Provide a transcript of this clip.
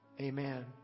Amen